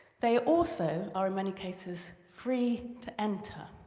they also are, in many cases, free to enter.